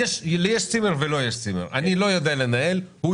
ליצור כאן כאילו מימשת משהו למרות שבפועל לא